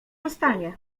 zostanie